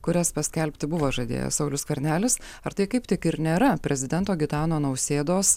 kurias paskelbti buvo žadėjęs saulius skvernelis ar tai kaip tik ir nėra prezidento gitano nausėdos